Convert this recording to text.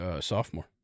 Sophomore